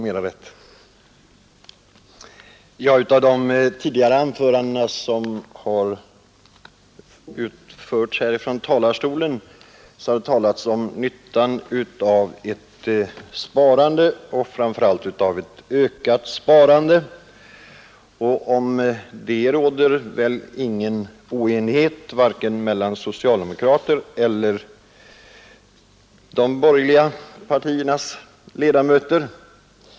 I de tidigare anföranden som har hållits här ifrån talarstolen har det talats om nyttan av ett sparande och framför allt av ett ökat sparande, och i fråga om det råder väl ingen oenighet vare sig mellan socialdemokraterna eller de borgerliga partiernas ledamöter.